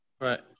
Right